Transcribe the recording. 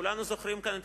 כולנו זוכרים כאן את